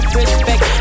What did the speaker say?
respect